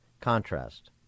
contrast